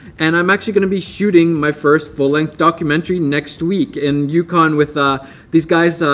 and i'm actually gonna be shooting my first full-length documentary next week in yukon with ah these guys,